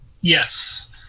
Yes